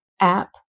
app